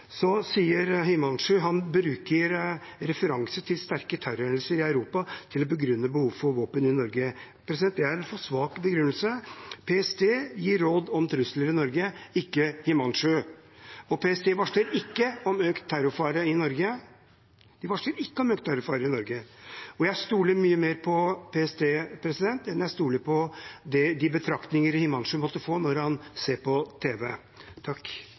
Himanshu Gulati bruker referanser til sterke terrorhendelser i Europa som begrunnelse for behovet for våpen i Norge. Det er en for svak begrunnelse. PST gir råd om trusler i Norge, ikke Representanten Gulati. PST varsler ikke om økt terrorfare i Norge – de varsler ikke om økt terrorfare i Norge. Jeg stoler mye mer på PST enn jeg stoler på de betraktninger Himanshu Gulati måtte ha når han ser på tv.